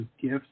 gifts